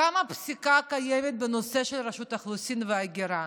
כמה פסיקה קיימת בנושא רשות האוכלוסין וההגירה.